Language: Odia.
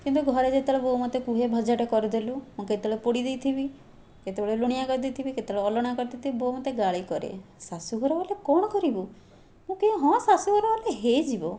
କିନ୍ତୁ ଘରେ ଯେତେବେଳେ ବୋଉ ମୋତେ କୁହେ ଭଜାଟା କରିଦେଲୁ ମୁଁ କେତେବେଳେ ପୋଡ଼ି ଦେଇଥିବି କେତେବେଳେ ଲୁଣିଆ କରି ଦେଇଥିବି କେତେବେଳେ ଅଲଣା କରି ଦେଇଥିବି ବୋଉ ମୋତେ ଗାଳି କରେ ଶାଶୂଘର ଗଲେ କ'ଣ କରିବୁ ମୁଁ କୁହେ ହଁ ଶାଶୁ ଘର ଗଲେ ହେଇଯିବ